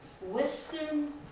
Western